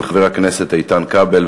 חבר הכנסת איתן כבל.